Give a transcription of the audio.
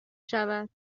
شود